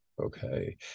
Okay